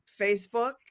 Facebook